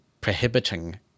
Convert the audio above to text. prohibiting